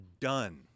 done